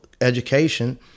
education